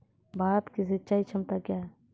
भारत की सिंचाई क्षमता क्या हैं?